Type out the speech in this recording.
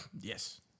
Yes